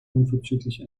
unverzüglich